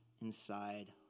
inside